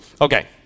Okay